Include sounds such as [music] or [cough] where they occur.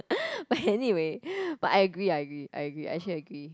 [breath] but anyway but I agree I agree I agree I actually agree